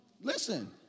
listen